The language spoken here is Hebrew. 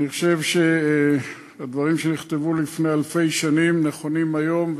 אני חושב שהדברים שנכתבו לפני אלפי שנים נכונים היום,